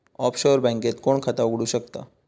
Offshore बँकेत कोण खाता उघडु शकता?